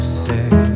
say